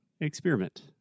experiment